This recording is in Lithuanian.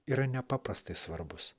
yra nepaprastai svarbus